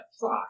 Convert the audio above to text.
Fuck